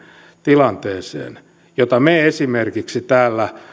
tilanteeseen jota me esimerkiksi täällä